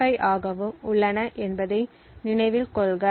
25 ஆகவும் உள்ளன என்பதை நினைவில் கொள்க